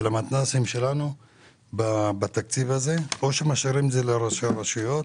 המתנ"סים שלנו או שמשאירים את זה לראשי הרשויות?